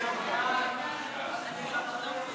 הצעת חוק הצהרת הון של בעלי תפקידים